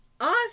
Awesome